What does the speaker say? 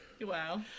Wow